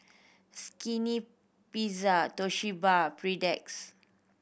Skinny Pizza Toshiba